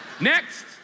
Next